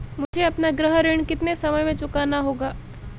मुझे अपना गृह ऋण कितने समय में चुकाना होगा?